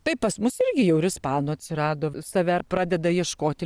tai pas mus irgi jau ir ispanų atsirado save ir pradeda ieškoti